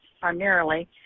primarily